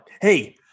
Hey